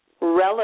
relevant